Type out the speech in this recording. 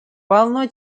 полно